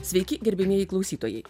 sveiki gerbiamieji klausytojai